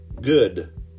good